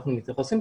אנחנו מתייחסים,